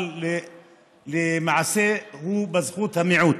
אבל למעשה הוא בזכות המיעוט.